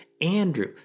Andrew